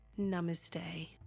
Namaste